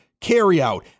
carryout